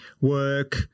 work